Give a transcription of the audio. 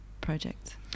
projects